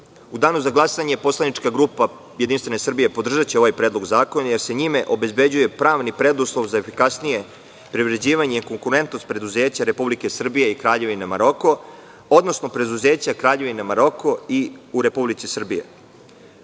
danu za glasanje poslanička grupa JS podržaće ovaj predlog zakona, jer se njime obezbeđuje pravni preduslov za efikasnije privređivanje, konkurentnost preduzeća Republike Srbije i Kraljevine Maroko, odnosno preduzeća Kraljevine Maroko i Republike Srbije,